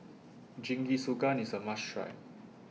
Jingisukan IS A must Try